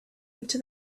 into